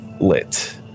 lit